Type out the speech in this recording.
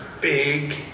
big